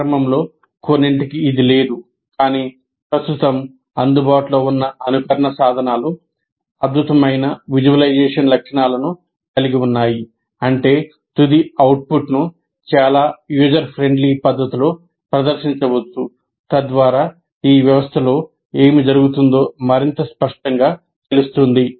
ప్రారంభంలో కొన్నింటికి ఇది లేదు కానీ ప్రస్తుతం అందుబాటులో ఉన్న అనుకరణ సాధనాలు అద్భుతమైన విజువలైజేషన్ లక్షణాలను కలిగి ఉన్నాయి అంటే తుది అవుట్పుట్ను చాలా యూజర్ ఫ్రెండ్లీ పద్ధతిలో ప్రదర్శించవచ్చు తద్వారా ఈ వ్యవస్థలో ఏమి జరుగుతుందో మరింత స్పష్టంగా తెలుస్తుంది